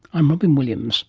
i'm robyn williams